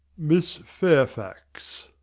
miss fairfax.